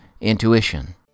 intuition